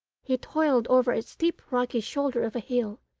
he toiled over a steep rocky shoulder of a hill,